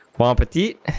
quantity of